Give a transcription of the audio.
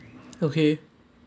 okay